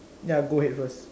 ya go ahead first